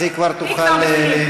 אז היא כבר תוכל ליהנות,